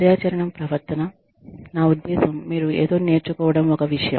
కార్యాచరణ ప్రవర్తన నా ఉద్దేశ్యం మీరు ఏదో నేర్చుకోవడం ఒక విషయం